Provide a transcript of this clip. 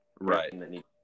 Right